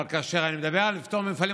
אבל כאשר אני מדבר על פטור למפעלים,